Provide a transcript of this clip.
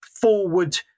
forward